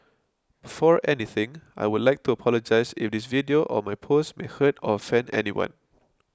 before anything I would like to apologise if this video or my post may hurt or offend anyone